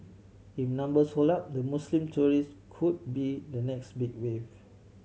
if numbers hold up the Muslim tourist could be the next big wave